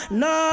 no